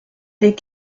des